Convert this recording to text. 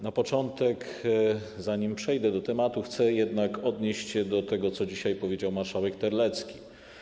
Na początek, zanim przejdę do tematu, chcę jednak odnieść się do tego, co dzisiaj powiedział marszałek Terlecki.